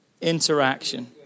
Interaction